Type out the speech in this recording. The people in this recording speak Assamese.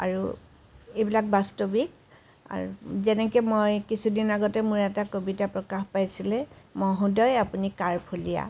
আৰু এইবিলাক বাস্তৱিক আৰু যেনেকৈ মই কিছু দিন আগতে মোৰ এটা কবিতা প্ৰকাশ পাইছিলে মহোদয় আপুনি কাৰ ফলিয়া